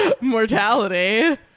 mortality